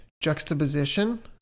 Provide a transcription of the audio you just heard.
juxtaposition